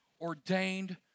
ordained